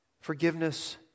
forgiveness